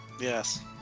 Yes